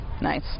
Nice